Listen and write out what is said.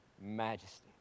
majesty